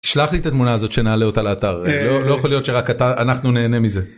תשלח לי את התמונה הזאת שנעלה אותה לאתר, לא יכול להיות שרק אנחנו נהנה מזה.